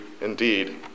indeed